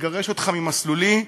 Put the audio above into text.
מגרש אותך ממסלולי,